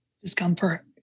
discomfort